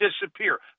disappear